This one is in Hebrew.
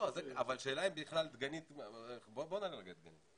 אבל השאלה אם בכלל דגנית בוא נעלה רגע את דגנית.